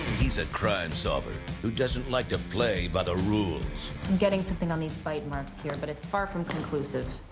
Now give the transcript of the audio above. he's a crime solver, who doesn't like to play by the rules. i'm getting something on these bite marks here, but it's far from conclusive.